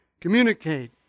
communicate